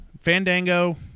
Fandango